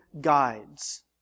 guides